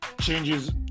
changes